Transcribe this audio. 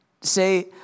say